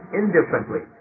indifferently